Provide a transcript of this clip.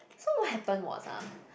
so what happen was ah